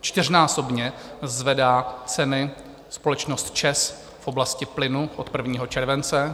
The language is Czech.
Čtyřnásobně zvedá ceny společnost ČEZ v oblasti plynu od 1. července.